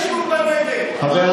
השנים האחרונות, כולנו מכירים, התאפיינו